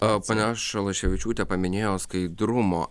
o ponia šalaševičiūtė paminėjo skaidrumo